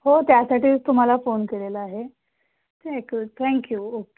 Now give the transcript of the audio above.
हो त्यासाठीच तुम्हाला फोन केलेला आहे येक्यू थँक्यू ओके